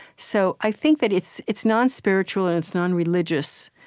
so i think that it's it's non-spiritual, and it's non-religious,